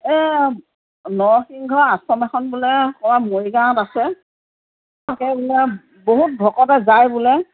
এই নৰসিংহ আশ্ৰম এখন বোলে আমাৰ মৰিগাঁৱত আছে তাকে বোলে বহুত ভকতে যায় বোলে